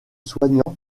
soignants